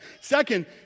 Second